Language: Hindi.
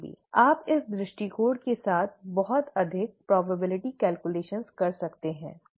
आप इस दृष्टिकोण के साथ बहुत अधिक संभावना गणना कर सकते हैं